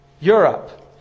Europe